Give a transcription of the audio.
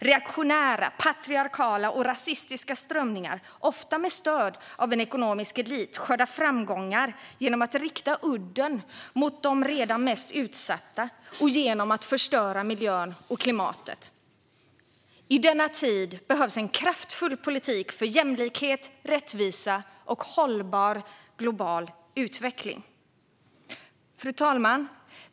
Reaktionära, patriarkala och rasistiska strömningar, ofta med stöd av en ekonomisk elit, skördar framgångar genom att rikta udden mot de redan mest utsatta och genom att förstöra miljön och klimatet. I denna tid behövs en kraftfull politik för jämlikhet, rättvisa och hållbar global utveckling. Fru talman!